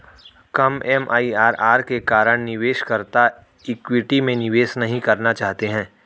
कम M I R R के कारण निवेशकर्ता इक्विटी में निवेश नहीं करना चाहते हैं